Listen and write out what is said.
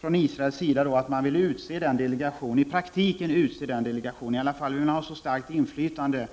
Från Israel har man t.ex. sagt att man vill utse den palestinska delegationen, eller i varje fall ha så starkt inflytande